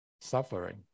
suffering